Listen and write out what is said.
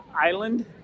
island